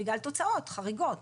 בגלל תוצאות חריגות